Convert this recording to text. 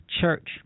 Church